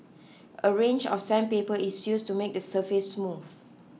a range of sandpaper is used to make the surface smooth